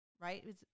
right